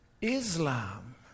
Islam